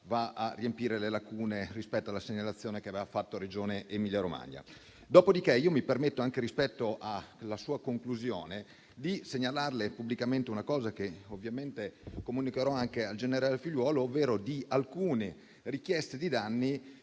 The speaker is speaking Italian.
va a riempire le lacune rispetto alla segnalazione che aveva fatto la Regione Emilia-Romagna. Dopodiché io mi permetto, anche rispetto alla sua conclusione, di segnalarle pubblicamente una cosa, che comunicherò anche al generare Figliuolo, ovvero alcune richieste di danni